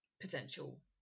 potential